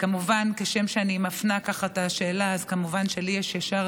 כשם שאני מפנה את השאלה, כמובן לי יש את